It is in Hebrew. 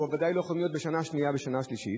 או בוודאי לא יכולות להיות בשנה שנייה או בשנה שלישית.